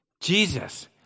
Jesus